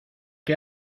que